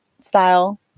style